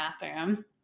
bathroom